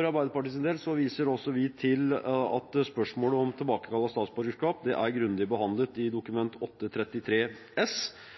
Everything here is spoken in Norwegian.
Arbeiderpartiet viser til at spørsmålet om tilbakekall av statsborgerskap er grundig behandlet i Dokument 8:33 S for 2016–2017